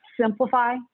simplify